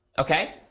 ok.